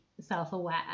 self-aware